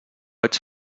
ets